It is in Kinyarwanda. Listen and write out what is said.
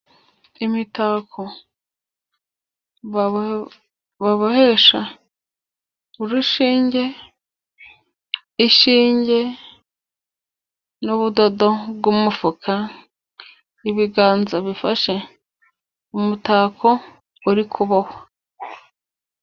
Imitako babohesha urushinge ishinge n'ubudodo bw'umufuka, ibiganza bifashe umutako uri kubohwa.